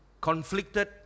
conflicted